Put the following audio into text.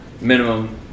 minimum